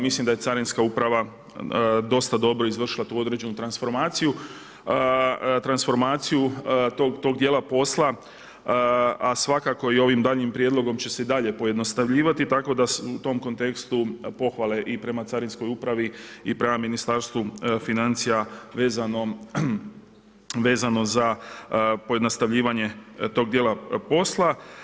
Mislim da je carinska uprava dosta dobro izvršila tu određenu transformaciju, transformaciju tog dijela posla a svakako i ovim daljnjim prijedlogom će se i dalje pojednostavljivati, tako da u tom kontekstu, pohvale i prema carinskog upravi i prema Ministarstvu financija, vezano za pojednostavljivanje tog dijela posla.